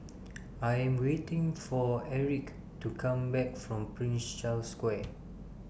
I Am waiting For Enrique to Come Back from Prince Charles Square